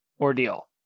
ordeal